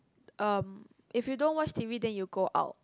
um if you don't watch t_v then you go out